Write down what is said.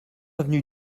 avenue